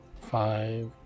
Five